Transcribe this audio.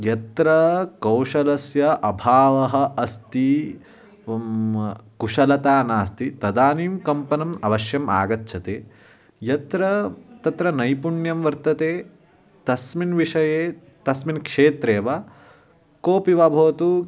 यत्र कौशलस्य अभावः अस्ति उम्म् कुशलता नास्ति तदानीं कम्पनम् अवश्यम् आगच्छति यत्र तत्र नैपुण्यं वर्तते तस्मिन् विषये तस्मिन् क्षेत्रे वा कोऽपि वा भवतु